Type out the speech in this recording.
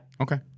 Okay